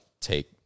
take